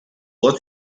what